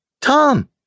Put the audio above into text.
Tom